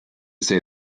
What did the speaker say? say